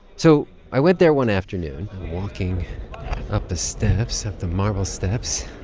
so i went there one afternoon. walking up the steps up the marble steps.